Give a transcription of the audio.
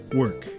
work